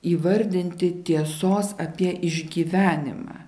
įvardinti tiesos apie išgyvenimą